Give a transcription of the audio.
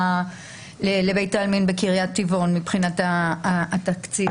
לבית העלמין בקריית טבעון מבחינת התקציב.